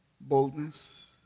boldness